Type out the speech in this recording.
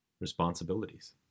responsibilities